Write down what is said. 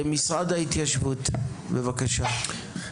משרד ההתיישבות, בבקשה.